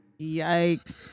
yikes